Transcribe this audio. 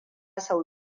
sau